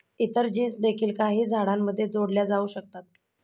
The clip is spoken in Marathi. इतर जीन्स देखील काही झाडांमध्ये जोडल्या जाऊ शकतात